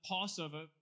Passover